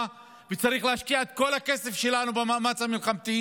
וצריך להשקיע את כל הכסף שלנו במאמץ המלחמתי,